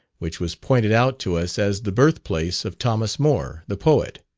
which was pointed out to us as the birth-place of thomas moore, the poet.